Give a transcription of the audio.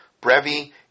Brevi